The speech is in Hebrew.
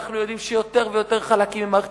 אנחנו יודעים שיותר ויותר חלקים ממערכת